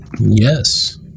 Yes